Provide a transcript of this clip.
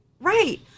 Right